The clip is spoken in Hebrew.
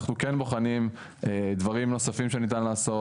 אנחנו כן בוחנים דברים נוספים שניתן לעשות,